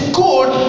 good